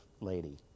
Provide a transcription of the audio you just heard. lady